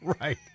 Right